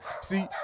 See